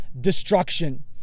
destruction